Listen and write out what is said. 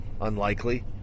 unlikely